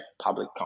public